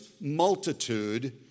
multitude